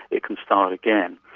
it can start again.